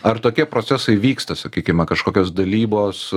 ar tokie procesai vyksta sakykime kažkokios dalybos